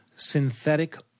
synthetic